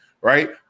right